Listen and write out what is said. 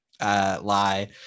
lie